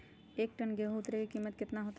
एक टन गेंहू के उतरे के कीमत कितना होतई?